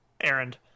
errand